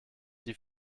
die